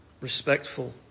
respectful